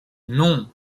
non